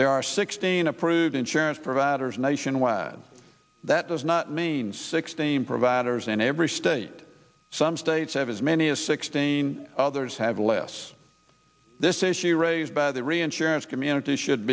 there are sixteen approved insurance providers nationwide that does not mean sixteen providers in every state some states have as many as sixteen others have less this issue raised by the reinsurance community should